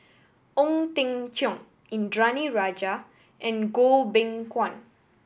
Ong Teng Cheong Indranee Rajah and Goh Beng Kwan